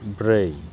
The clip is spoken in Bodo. ब्रै